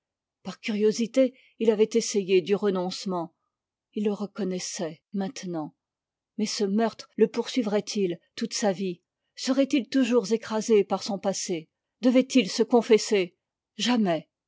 par curiosité il avait essayé du renoncement il le reconnaissait maintenant ma is ce meurtre le poursuivrait il toute sa vie serait-il toujours écrasé par son passé devait-il se confesser jamais